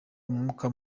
umwuka